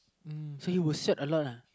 hmm so you would sweat a lot ah